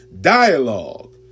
dialogue